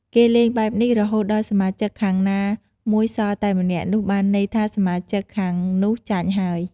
គេលេងបែបនេះរហូតដល់សមាជិកខាងណាមួយសល់តែម្នាក់ នោះបានន័យថាសមាជិកខាងនោះចាញ់ហើយ។